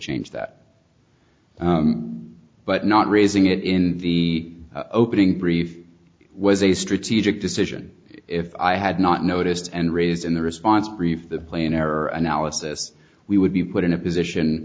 change that but not raising it in the opening brief was a strategic decision if i had not noticed and raised in the response brief the play in error analysis we would be put in a position